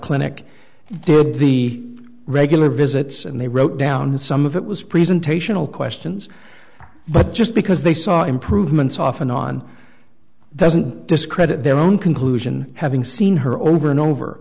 clinic there the regular visits and they wrote down some of it was presentational questions but just because they saw improvements often on the doesn't discredit their own conclusion having seen her over and over